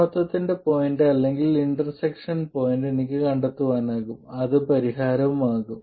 സമത്വത്തിന്റെ point അല്ലെങ്കിൽ intersection point എനിക്ക് കണ്ടെത്താനാകും അത് പരിഹാരമാകും